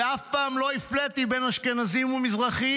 ואף פעם לא הפליתי בין אשכנזים למזרחים.